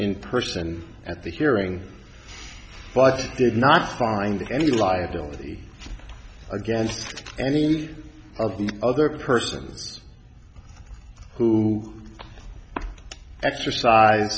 in person at the hearing but did not find any liability against any of the other persons who exercise